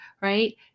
right